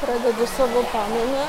pradedu savo pamainą